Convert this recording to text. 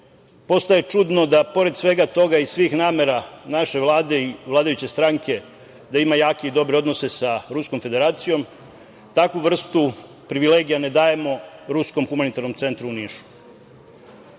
postaje čudno da pored svega toga i svih namera naše Vlade i vladajuće stranke da ima jake i dobre odnose sa Ruskom Federacijom, takvu vrstu privilegija ne dajemo Ruskom humanitarnom centru u